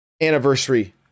anniversary